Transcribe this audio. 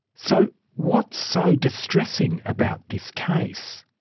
so what's so distressing about this case?